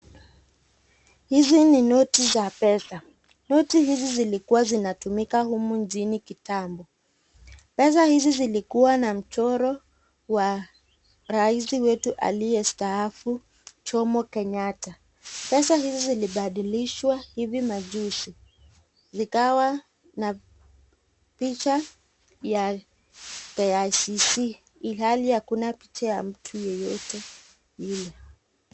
Hizi ni noti za pesa, noti hizi zilikuwa zinatumiwa huku nchini kitambo. Pesa hizi zilikuwa na mchoro wa raisi wetu aliyestaafu Jomo Kenyata. Pesa hizi zilibadilishwa hivi majuzi. Zikawa na picha ya KICC, ihali hakuna picha ya mtu yeyote.